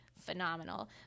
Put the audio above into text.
phenomenal